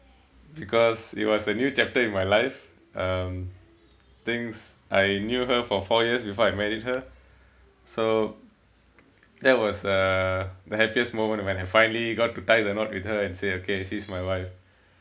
because it was a new chapter in my life um things I knew her for four years before I married her so that was uh the happiest moment when I finally got to tie the knot with her and say okay she's my wife